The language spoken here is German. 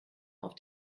auf